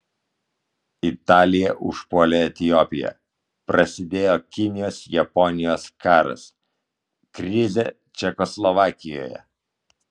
italija užpuolė etiopiją prasidėjo kinijos japonijos karas krizė čekoslovakijoje